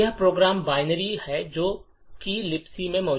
यह program binary है जो कि लिबक में मौजूद है